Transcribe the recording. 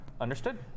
Understood